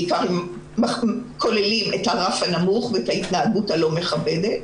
בעיקר אם כוללים את הרף הנמוך ואת ההתנהגות הלא מכבדת.